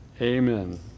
amen